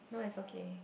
no it's okay